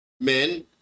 Men